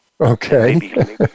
Okay